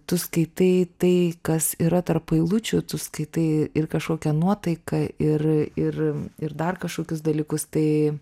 tu skaitai tai kas yra tarp eilučių tu skaitai ir kažkokią nuotaiką ir ir ir dar kažkokius dalykus tai